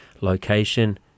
location